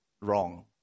wrong